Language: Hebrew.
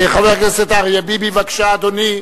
חבר הכנסת אריה ביבי, בבקשה, אדוני.